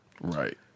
right